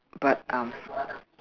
but um